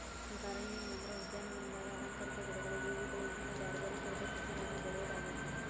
gardening ಅಂದ್ರ ಉದ್ಯಾನವನದಾಗ ಅಲಂಕಾರಿಕ ಗಿಡಗಳು, ಹೂವುಗಳು, ಇನ್ನು ಬ್ಯಾರ್ಬ್ಯಾರೇ ತರದ ಸಸಿಗಳನ್ನ ಬೆಳಿಯೋದಾಗೇತಿ